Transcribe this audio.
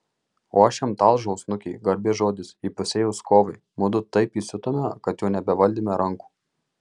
o aš jam talžau snukį garbės žodis įpusėjus kovai mudu taip įsiutome kad jau nebevaldėme rankų